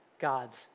God's